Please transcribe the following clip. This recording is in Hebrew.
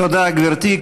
תודה, גברתי.